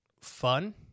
fun